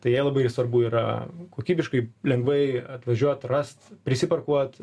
tai jai labai svarbu yra kokybiškai lengvai atvažiuot rast prisiparkuot